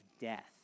death